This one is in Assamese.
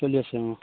চলি আছে অঁ